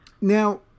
Now